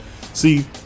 see